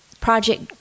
Project